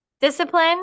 discipline